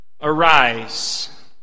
arise